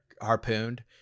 harpooned